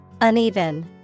Uneven